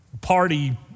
party